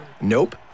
nope